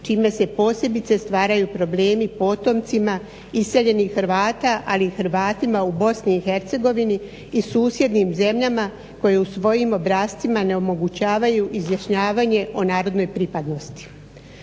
čime se posebice stvaraju problemi potomcima iseljenih Hrvata ali i Hrvatima u BiH i susjednim zemljama koje u svojim obrascima ne omogućavaju izjašnjavanje o narodnoj pripadnosti.